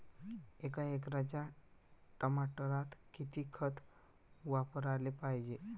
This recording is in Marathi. एका एकराच्या टमाटरात किती खत वापराले पायजे?